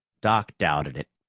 doc doubted it.